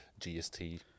GST